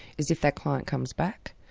is if that client comes back,